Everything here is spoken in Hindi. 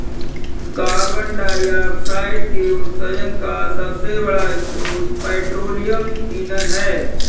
कार्बन डाइऑक्साइड के उत्सर्जन का सबसे बड़ा स्रोत पेट्रोलियम ईंधन है